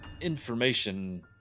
information